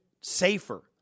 safer